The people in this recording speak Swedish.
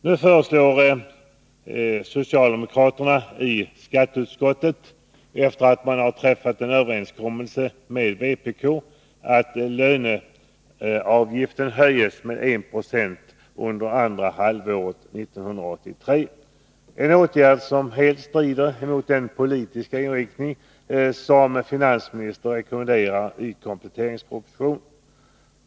Nu föreslår socialdemokraterna i skatteutskottets betänkande, efter att man har träffat en överenskommelse med vpk, att löneavgiften höjs med 1 96 under andra halvåret 1983 — en åtgärd som helt strider mot den politiska inriktning som finansministern rekommenderar i kompletteringspropositionen.